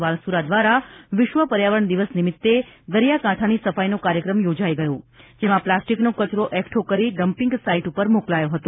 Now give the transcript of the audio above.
વાલસુરા દ્વારા વિશ્વ પર્યાવરણ દિવસ નિમિત્તે દરિયાકાંઠાની સફાઇનો કાર્યક્રમ યોજા િગયો જેમાં પ્લાસ્ટિકનો કચરો એકઠો કરી ડમ્પીંગ સાઇટ ઉપર મોકલાયો હતો